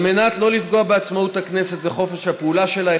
על מנת שלא לפגוע בעצמאות הכנסת וחופש הפעולה שלה,